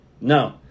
No